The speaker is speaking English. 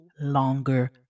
longer